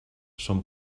són